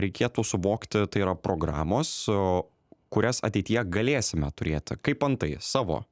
reikėtų suvokti tai yra programos o kurias ateityje galėsime turėti kaip antai savo